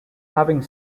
having